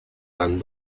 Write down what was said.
tan